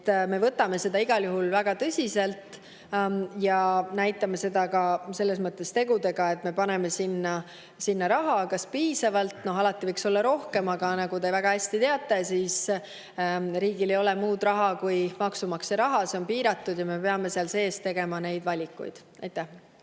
Me võtame seda igal juhul väga tõsiselt ja näitame seda ka tegudega selles mõttes, et me paneme sinna raha. Kas piisavalt? Alati võiks olla rohkem, aga nagu te väga hästi teate, riigil ei ole muud raha kui maksumaksja raha. See on piiratud ja me peame selle piires tegema valikuid. Jaa,